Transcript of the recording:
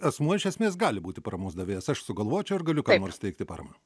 asmuo iš esmės gali būti paramos davėjas aš sugalvočiau ir galiu kam nors teikti paramą